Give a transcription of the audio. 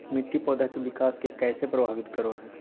मिट्टी पौधा के विकास के कइसे प्रभावित करो हइ?